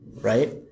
right